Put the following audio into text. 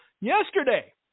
Yesterday